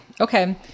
Okay